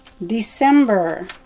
December